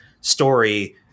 story